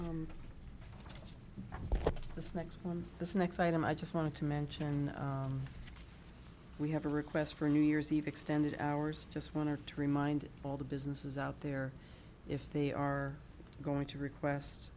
and this next one this next item i just wanted to mention we have a request for new year's eve extended hours just one hour to remind all the businesses out there if they are going to request